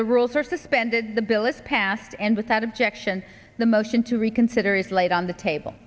the rules are suspended the bill is passed and without objection the motion to reconsider is laid on the table